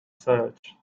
search